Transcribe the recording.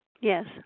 Yes